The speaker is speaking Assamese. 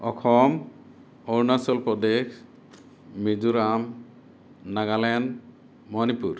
অসম অৰুণাচল প্ৰদেশ মিজোৰাম নাগালেণ্ড মণিপুৰ